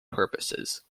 purposes